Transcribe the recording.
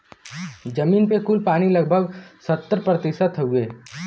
जमीन पे कुल पानी लगभग सत्तर प्रतिशत हउवे